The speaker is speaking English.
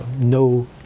no